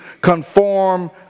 conform